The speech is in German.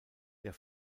der